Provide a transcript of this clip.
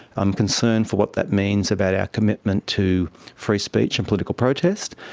i'm concerned for what that means about our commitment to free speech and political protest,